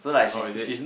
oh is it